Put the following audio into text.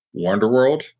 Wonderworld